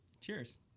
Cheers